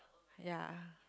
yea